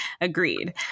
agreed